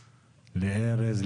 לארז,